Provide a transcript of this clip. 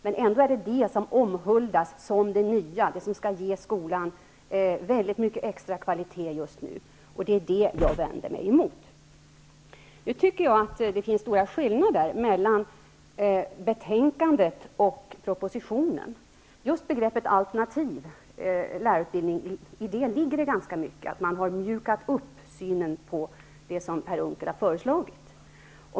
Men det är ändå detta som omhuldas som det nya och det som skall ge skolan väldigt mycket extra kvalitet just nu. Det är detta som jag vänder mig mot. Jag tycker att det finns stora skillnader mellan betänkandet och propositionen. Just i begreppet alternativ lärarutbildning ligger det ganska mycket, att man har mjukat upp synen på det som Per Unckel har föreslagit.